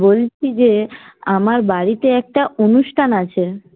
বলছি যে আমার বাড়িতে একটা অনুষ্ঠান আছে